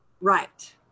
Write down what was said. right